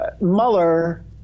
Mueller